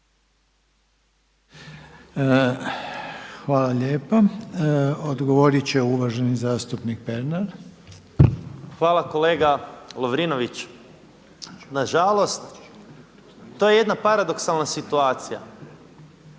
Hvala lijepa. Odgovorit će uvaženi zastupnik Pernar. **Pernar, Ivan (Živi zid)** Hvala kolega Lovrinović. Nažalost, to je jedna paradoksalna situacija.